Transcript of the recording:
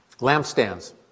lampstands